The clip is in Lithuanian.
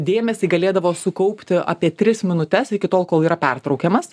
dėmesį galėdavo sukaupti apie tris minutes iki tol kol yra pertraukiamas